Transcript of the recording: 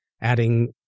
adding